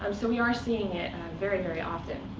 um so we are seeing it and um very, very often.